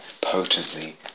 potently